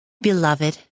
Beloved